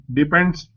depends